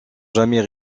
jamais